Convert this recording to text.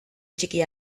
txiki